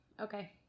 Okay